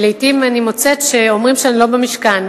שלעתים אני מוצאת שאומרים שאני לא במשכן,